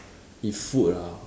if food ah